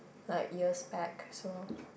like years back so